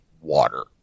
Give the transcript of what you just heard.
water